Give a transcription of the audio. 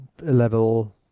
level